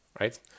right